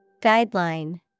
Guideline